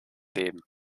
leben